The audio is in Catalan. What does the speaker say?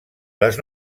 les